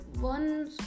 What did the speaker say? One